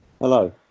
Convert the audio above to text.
Hello